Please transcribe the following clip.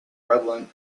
prevalent